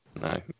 No